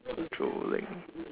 trolling